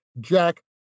jack